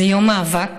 זה יום מאבק,